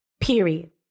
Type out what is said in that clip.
Period